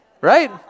right